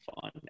fun